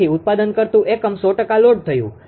તેથી ઉત્પાદન કરતું એકમ 100 ટકા લોડ થયું